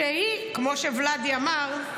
כמו שוולדי אמר,